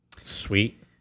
Sweet